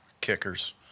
Kickers